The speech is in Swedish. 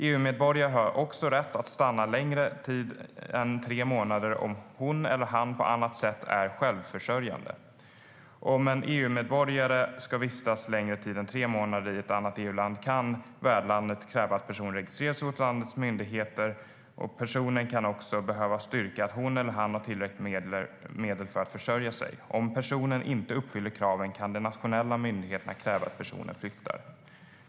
EU-medborgare har också rätt att stanna längre tid än tre månader om hon eller han på annat sätt är självförsörjande. Om en EU-medborgare ska vistas längre tid än tre månader i ett annat EU-land kan värdlandet kräva att personen registrerar sig hos landets myndigheter. Personen kan också behöva styrka att hon eller han har tillräckliga medel för att försörja sig. Om personen inte uppfyller kraven kan de nationella myndigheterna kräva att personen flyttar.